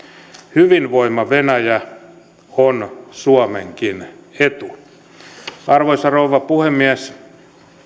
hyvinvoiva venäjä on suomenkin etu arvoisa rouva puhemies